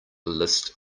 list